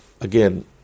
again